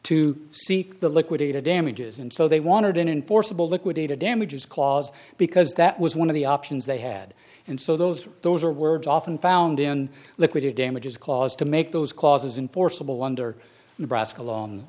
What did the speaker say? to seek the liquidated damages and so they wanted in an forcible liquidated damages clause because that was one of the options they had and so those those are words often found in liquid or damages caused to make those clauses in forcible under nebraska long